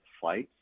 flights